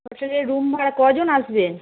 হোটেলের রুম ভাড়া কজন আসবেন